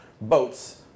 boats